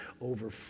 over